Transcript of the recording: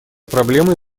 проблемы